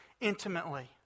intimately